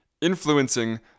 influencing